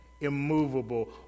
immovable